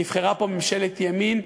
נבחרה פה ממשלת ימין,